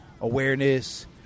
awareness